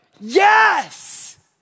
yes